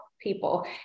people